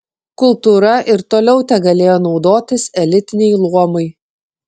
kultūra ir toliau tegalėjo naudotis elitiniai luomai